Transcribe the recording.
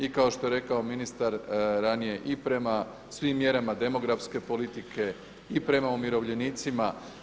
I kao što je rekao ministar ranije i prema svim mjerama demografske politike i prema umirovljenicima.